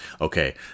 Okay